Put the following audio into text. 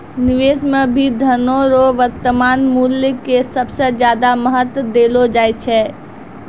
निवेश मे भी धनो रो वर्तमान मूल्य के सबसे ज्यादा महत्व देलो जाय छै